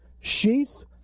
Sheath